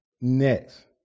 next